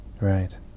Right